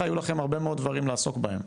שיהיו לכם הרבה מאוד דברים לעסוק בהם.